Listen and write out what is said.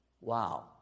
Wow